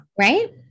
Right